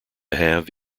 have